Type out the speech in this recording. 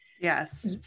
Yes